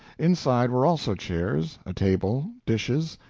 inside were also chairs, a table, dishes,